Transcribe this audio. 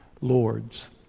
Lords